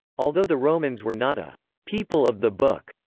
although the romans were not a people of the book,